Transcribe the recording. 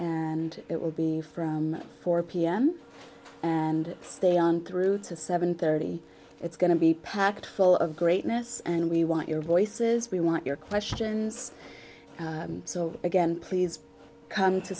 and it will be from four pm and stay on through to seven thirty it's going to be packed full of greatness and we want your voices we want your questions so again please come to